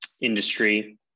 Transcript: industry